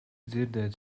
dzirdēt